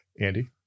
Andy